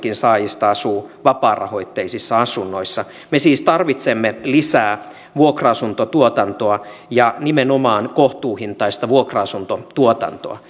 saajistakin asuu vapaarahoitteisissa asunnoissa me siis tarvitsemme lisää vuokra asuntotuotantoa ja nimenomaan kohtuuhintaista vuokra asuntotuotantoa